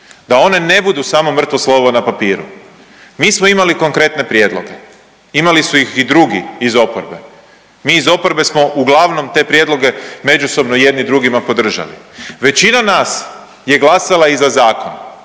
da one ne budu samo mrtvo slovo na papiru. Mi smo imali konkretne prijedloge, imali su ih i drugi iz oporbe. Mi iz oporbe smo uglavnom te prijedloge međusobno jedni drugima podržali. Većina nas je glasala i za zakon